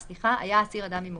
(ו)היה האסיר אדם עם מוגבלות,